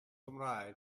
cymraeg